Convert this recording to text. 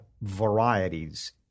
varieties